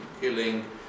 killing